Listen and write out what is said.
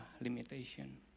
Limitation